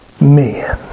men